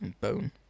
bone